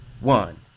one